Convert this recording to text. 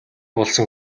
болсон